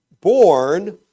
born